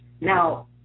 Now